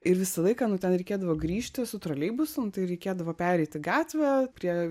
ir visą laiką nu ten reikėdavo grįžti su troleibusu nu tai reikėdavo pereiti gatvę prie